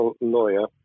lawyer